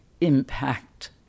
impact